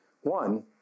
One